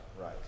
Right